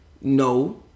No